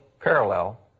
parallel